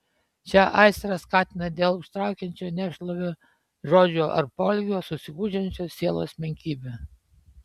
šią aistrą skatina dėl užtraukiančio nešlovę žodžio ar poelgio susigūžiančios sielos menkybė